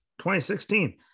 2016